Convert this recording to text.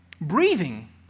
Breathing